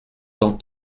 temps